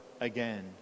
again